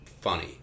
funny